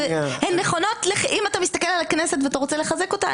אם אתה מסתכל על הכנסת ואתה רוצה לחזק אותה,